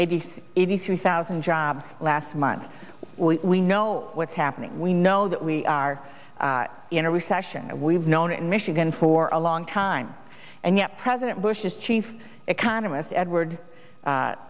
eighty six eighty three thousand jobs last month we know what's happening we know that we are in a recession that we've known in michigan for a long time and yet president bush's chief economist edward